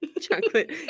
chocolate